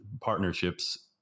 partnerships